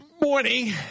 Morning